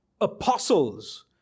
apostles